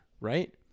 right